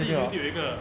YouTube orh